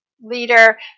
leader